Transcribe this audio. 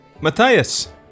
Matthias